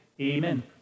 Amen